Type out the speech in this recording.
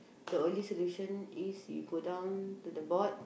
the only solution is you go down to the board